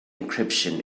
encryption